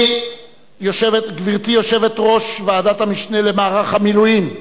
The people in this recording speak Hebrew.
גברתי יושבת-ראש ועדת המשנה למערך המילואים,